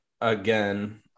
again